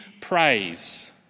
praise